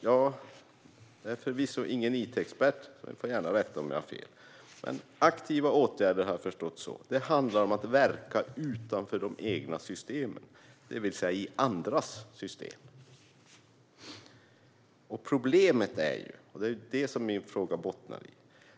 Jag är förvisso ingen it-expert - rätta mig om jag har fel - men jag har förstått att aktiva åtgärder handlar om att verka utanför de egna systemen, det vill säga i andras system. Min fråga bottnar i följande problem.